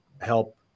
help